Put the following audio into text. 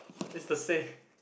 is the same